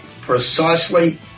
precisely